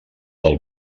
del